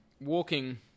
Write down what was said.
walking